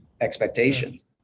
expectations